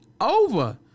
over